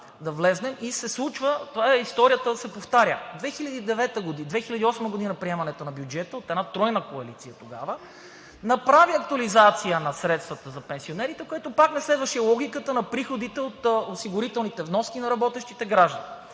в капана и историята се повтаря. 2008 г. е приемането на бюджета от една тройна коалиция и тогава направи актуализация на средствата за пенсионерите, което пак не следваше логиката на приходите от осигурителните вноски на работещите граждани,